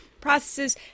processes